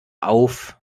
auf